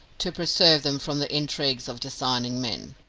to preserve them from the intrigues of designing men.